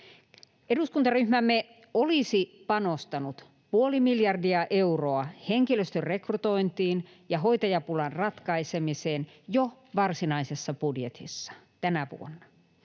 Eduskuntaryhmämme olisi panostanut puoli miljardia euroa henkilöstön rekrytointiin ja hoitajapulan ratkaisemiseen jo varsinaisessa budjetissa tänä vuonna.